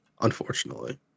unfortunately